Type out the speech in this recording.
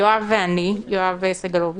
יואב סגלוביץ'